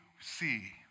see